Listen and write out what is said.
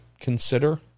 consider